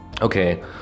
okay